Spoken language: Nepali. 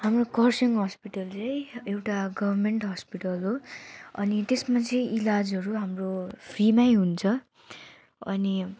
हाम्रो कर्सियङ हस्पिटल चाहिँ एउटा गभर्नमेन्ट हस्पिटल हो अनि त्यसमा चाहिँ इलाजहरू हाम्रो फ्रीमै हुन्छ अनि